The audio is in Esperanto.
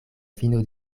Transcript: fino